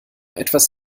etwas